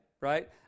right